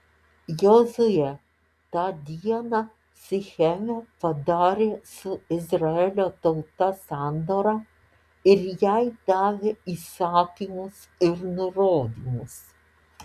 jozuė tą dieną sicheme padarė su izraelio tauta sandorą ir jai davė įsakymus ir nurodymus